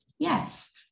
Yes